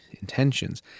intentions